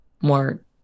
more